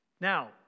Now